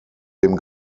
dem